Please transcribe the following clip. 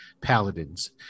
paladins